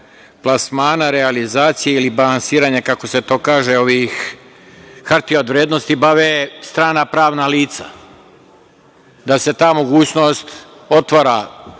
plasmana, realizacije ili balansiranja, kako se to kaže, ovih hartija od vrednosti, bave strana pravna lica, da se ta mogućnost otvara,